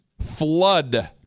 flood